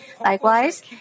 Likewise